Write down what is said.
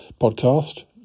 podcast